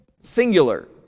singular